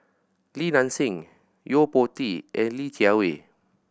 Li Nanxing Yo Po Tee and Li Jiawei